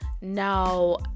now